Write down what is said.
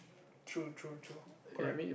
true true true correct